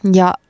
ja